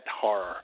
horror